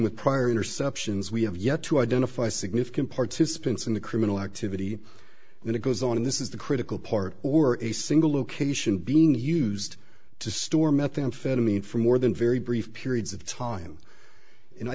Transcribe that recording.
with prior interceptions we have yet to identify significant participants in the criminal activity and it goes on and this is the critical part or a single location being used to store methamphetamine for more than very brief periods of time and i